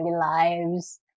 lives